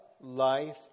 life